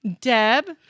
Deb